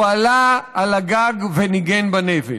הוא עלה על הגג וניגן בנבל.